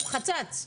חצץ.